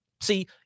See